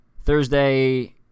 Thursday